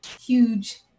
huge